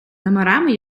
номерами